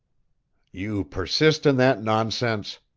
you persist in that nonsense?